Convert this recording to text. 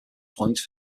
points